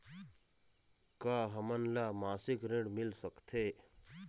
का हमन ला मासिक ऋण मिल सकथे?